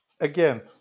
again